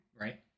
right